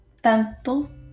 tanto